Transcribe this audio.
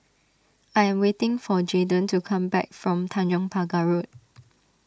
I am waiting for Jaeden to come back from Tanjong Pagar Road